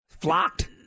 Flocked